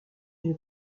une